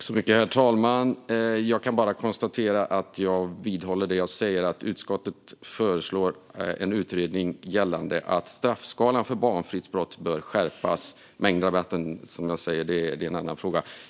Herr talman! Jag kan bara konstatera att jag vidhåller det som jag har sagt, att utskottet föreslår en utredning gällande att straffskalan för barnfridsbrott ska skärpas. Mängdrabatten är en annan fråga.